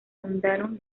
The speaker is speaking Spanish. fundaron